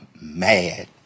mad